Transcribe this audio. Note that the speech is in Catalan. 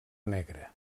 negra